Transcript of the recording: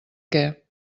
què